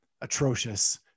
Atrocious